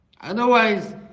Otherwise